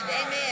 Amen